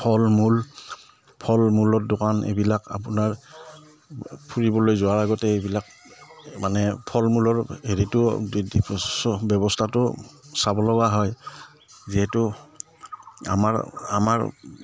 ফল মূল ফল মূলৰ দোকান এইবিলাক আপোনাৰ ফুৰিবলৈ যোৱাৰ আগতে এইবিলাক মানে ফল মূলৰ হেৰিটো ব্যৱস্থাটো চাব লগা হয় যিহেতু আমাৰ আমাৰ